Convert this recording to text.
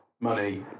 money